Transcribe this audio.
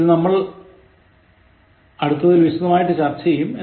ഇത് നമ്മൾ അടുത്തതിൽ വിശദമായി ചർച്ച ചെയ്യും